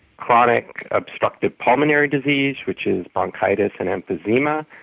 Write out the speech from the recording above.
chronic obstructive pulmonary disease, which is bronchitis and emphysema,